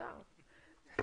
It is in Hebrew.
שנייה.